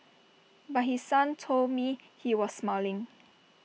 but his son told me he was smiling